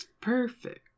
Perfect